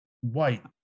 White